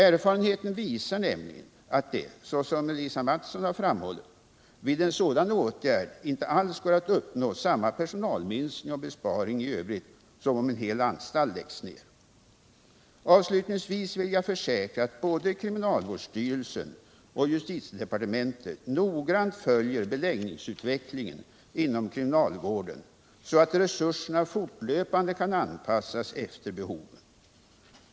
Erfarenheten visar nämligen att det, såsom Lisa Mattson har framhållit, vid en sådan åtgärd inte alls går att uppnå samma personalminskning och besparing i övrigt som om en hel anstalt läggs ner. Avslutningsvis kan jag försäkra att både kriminalvårdsstyrelsen och departementet noggrant följer beläggningsutvecklingen inom kriminalvården, så att resurserna fortlöpande kan anpassas efter behoven.